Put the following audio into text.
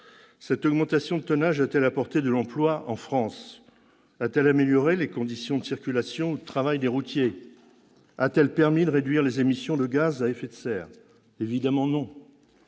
Cette augmentation du tonnage autorisé a-t-elle apporté de l'emploi en France ? A-t-elle amélioré les conditions de circulation ou de travail des routiers ? A-t-elle permis de réduire les émissions de gaz à effet de serre ? Évidemment non